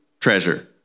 treasure